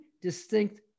distinct